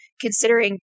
considering